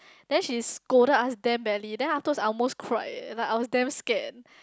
then she scolded us damn badly then afterwards I almost cry eh like I was damn scared